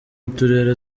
uturere